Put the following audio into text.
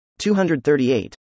238